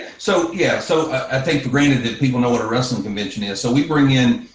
so yeah, so i think random that people know what a wrestling convention is. so we bring in